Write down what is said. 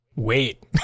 Wait